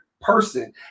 person